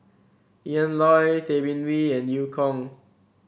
Ian Loy Tay Bin Wee and Eu Kong